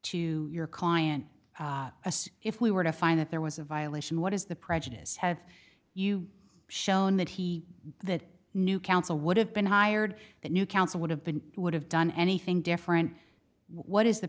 to your client as if we were to find that there was a violation what is the prejudice have you shown that he that new counsel would have been hired that new counsel would have been would have done anything different what is the